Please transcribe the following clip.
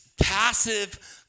passive